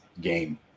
game